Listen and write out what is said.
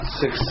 six